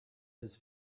his